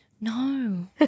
No